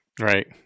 right